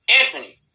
Anthony